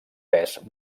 pes